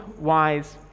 wise